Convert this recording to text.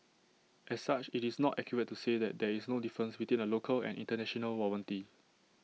as such it's not accurate to say that there is no difference between A local and International warranty